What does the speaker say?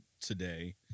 today